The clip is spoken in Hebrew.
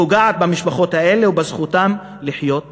פוגעת במשפחות האלה ובזכותן לחיות בכבוד.